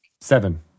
Seven